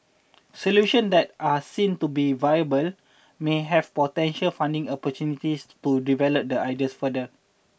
solution that are seen to be viable may have potential funding opportunities to develop the ideas further